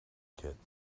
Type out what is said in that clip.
kit